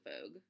Vogue